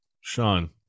Sean